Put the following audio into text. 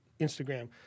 Instagram